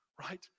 right